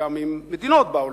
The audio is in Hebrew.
עם מדינות בעולם.